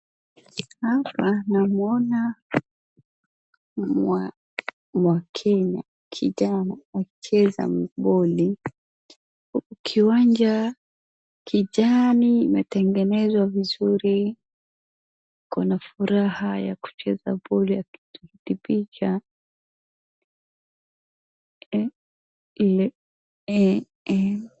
Hapa namwona mkenya, kijana, akicheza boli, kiwanja kijani imetengenezwa vizuri, ako na furaha ya kucheza boli akipiga.